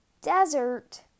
desert